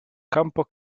campo